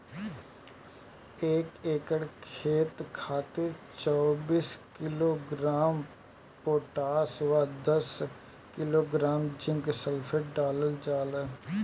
एक एकड़ खेत खातिर चौबीस किलोग्राम पोटाश व दस किलोग्राम जिंक सल्फेट डालल जाला?